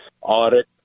audit